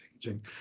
changing